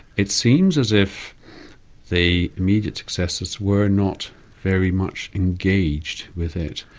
it seems as if the immediate successes were not very much engaged with it,